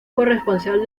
corresponsal